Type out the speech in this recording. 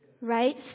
Right